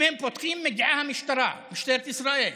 אם הם פותחים, מגיעה המשטרה, משטרת ישראל.